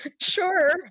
sure